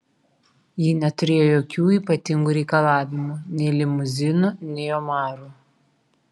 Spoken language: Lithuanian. ji neturėjo jokių ypatingų reikalavimų nei limuzinų nei omarų